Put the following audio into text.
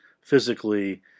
physically